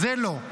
זה, לא.